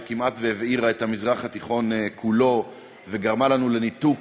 שכמעט הבעירה את המזרח התיכון כולו וגרמה לנו לניתוק